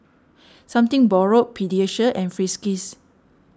Something Borrowed Pediasure and Friskies